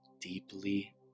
deeply